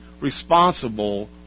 responsible